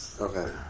Okay